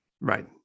Right